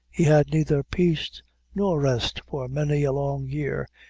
he had neither peace nor rest for many a long year,